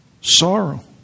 sorrow